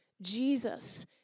Jesus